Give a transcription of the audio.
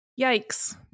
yikes